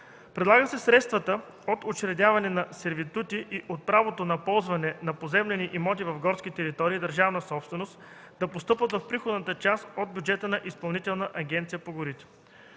Предлага се средствата от учредяване на сервитути и от правото на ползване на поземлени имоти в горски територии – държавна собственост, да постъпват в приходната част на бюджета на Изпълнителната агенция по горите.